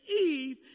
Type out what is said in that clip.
Eve